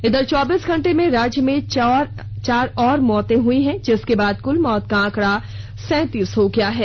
इधर चौबीस घंटे में राज्य में चार और मौतें हुई हैं जिसके बाद कुल मौत का आंकड़ा सैंतीस हो गया है